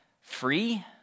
free